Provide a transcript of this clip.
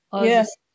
yes